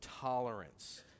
Tolerance